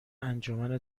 انجمن